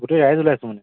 গোটেই ৰাইজ ওলাইছোঁ মানে